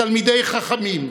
תלמידי חכמים,